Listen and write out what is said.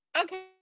okay